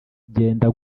genda